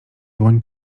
dłoń